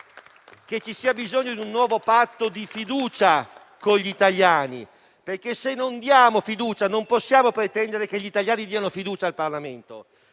che ci sia bisogno di un nuovo patto di fiducia con gli italiani, perché se non diamo fiducia non possiamo pretendere che gli italiani diano fiducia al Parlamento.